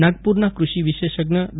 નાગપુરના કૃષિ વિશેષજ્ઞ ડી